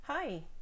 Hi